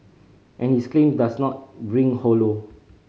and his claim does not ring hollow